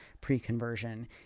pre-conversion